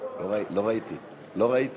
אני חושב שאנחנו מגיעים פה היום לעוד הישג לא מבוטל של